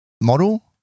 model